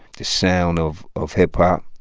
the sound of of hip-hop.